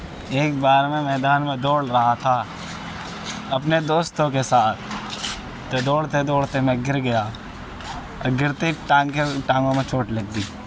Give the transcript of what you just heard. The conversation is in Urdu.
ایک بار میں میدان میں دوڑ رہا تھا اپنے دوستوں کے ساتھ تو دوڑتے دوڑتے میں گر گیا او گرتے ٹانگ کے ٹانگوں میں چوٹ لگ گئی